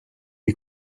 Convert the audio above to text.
est